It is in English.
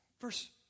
Verse